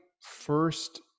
first